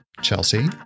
Chelsea